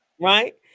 Right